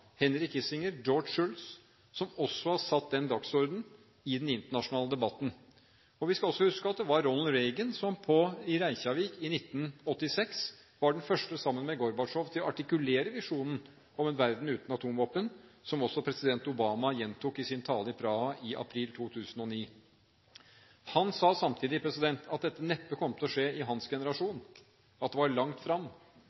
har også satt denne dagsordenen i den internasjonale debatten. Vi skal også huske på at Ronald Reagan, i Reykjavik i 1986, var den første – sammen med Gorbatsjov – til å artikulere visjonen om en verden uten atomvåpen, som også president Obama gjentok i sin tale i Praha i april 2009. Han sa samtidig at dette neppe kom til å skje i hans generasjon,